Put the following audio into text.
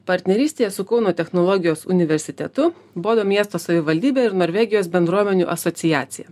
partnerystėje su kauno technologijos universitetu bodo miesto savivaldybe ir norvegijos bendruomenių asociacija